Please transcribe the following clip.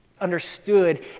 understood